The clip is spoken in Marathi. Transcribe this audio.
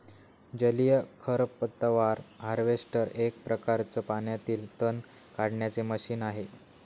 जलीय खरपतवार हार्वेस्टर एक प्रकारच पाण्यातील तण काढण्याचे मशीन आहे